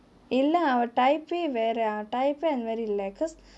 இல்லே அவ:illae ava type பே வேற அவ:pe vera ava type பே அந்த மாரி இல்லே:pe antha maari illae because